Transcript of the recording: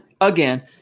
again